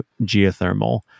geothermal